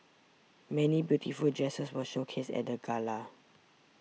many beautiful dresses were showcased at the gala